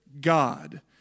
God